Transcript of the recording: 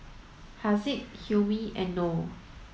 Haziq Hilmi and Noh